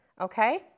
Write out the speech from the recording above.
okay